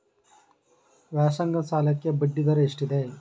ವ್ಯಾಸಂಗದ ಸಾಲಕ್ಕೆ ಬಡ್ಡಿ ದರ ಎಷ್ಟಿದೆ?